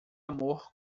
amor